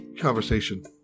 conversation